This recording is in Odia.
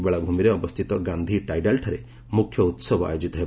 ବେଳାଭୂମିରେ ଅବସ୍ଥିତ ଗାନ୍ଧି ଟାଇଡାଲ୍ଠାରେ ମୁଖ୍ୟ ଉହବ ଆୟୋକ୍ତିତ ହେବ